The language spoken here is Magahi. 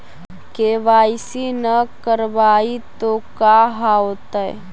के.वाई.सी न करवाई तो का हाओतै?